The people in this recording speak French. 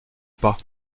pas